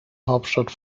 hauptstadt